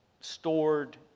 stored